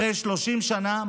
אחרי 30 שנה,